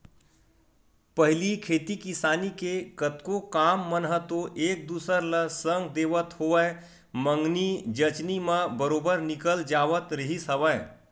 पहिली खेती किसानी के कतको काम मन ह तो एक दूसर ल संग देवत होवय मंगनी जचनी म बरोबर निकल जावत रिहिस हवय